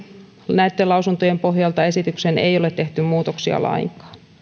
näitten lausuntojen pohjalta esitykseen ei ole tehty muutoksia lainkaan